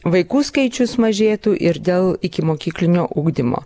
vaikų skaičius mažėtų ir dėl ikimokyklinio ugdymo